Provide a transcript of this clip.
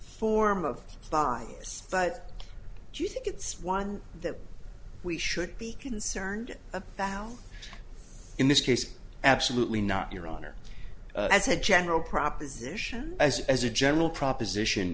form of five years but do you think it's one that we should be concerned about in this case absolutely not your honor as a general proposition as a as a general proposition